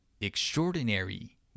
Extraordinary